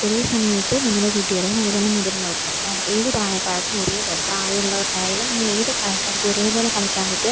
ഒരേ സമയത്ത് നമ്മള് കുട്ടികൾക്കും അതുപോലെ മുതിർന്നവർക്കും ഏത് പ്രായക്കാർക്കും ഒരേപോലെ പ്രായമുള്ളവർക്കായാലും അങ്ങനെ ഏത് പ്രായക്കാർക്കൊരേ പോലെ കളിക്കാന് പറ്റിയ